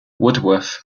woodworth